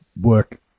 work